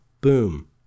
boom